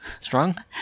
Strong